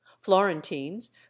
florentines